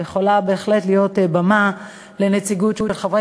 יכולה בהחלט להיות במה לנציגות של חברי